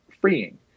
freeing